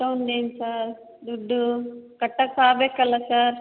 ಅಷ್ಟೊಂದು ಏನು ಸರ್ ದುಡ್ಡು ಕಟ್ಟೋಕ್ಕಾಗ್ಬೇಕಲ್ಲ ಸರ್